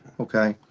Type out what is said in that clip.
okay?